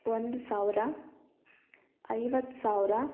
ಒಂದು ಸಾವಿರ ಐವತ್ತು ಸಾವಿರ